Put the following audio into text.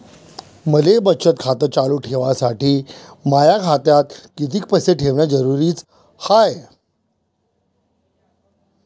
मले बचत खातं चालू ठेवासाठी माया खात्यात कितीक पैसे ठेवण जरुरीच हाय?